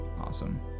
awesome